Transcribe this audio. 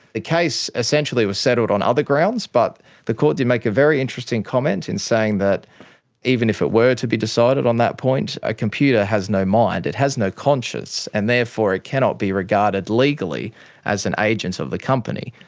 the case essentially was settled on ah other grounds, but the court did make a very interesting comment in saying that even if it were to be decided on that point, a computer has no mind, it has no conscience, and therefore cannot be regarded legally as an agent of the company,